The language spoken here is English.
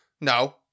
No